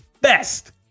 best